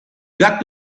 got